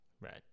Right